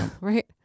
Right